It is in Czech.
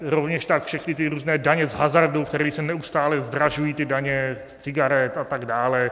Rovněž tak všechny ty různé daně z hazardu, které se neustále zdražují, daně z cigaret a tak dále.